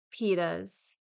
pitas